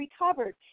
recovered